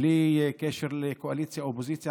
בלי קשר לקואליציה ואופוזיציה,